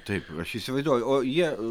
taip aš įsivaizduoju o jie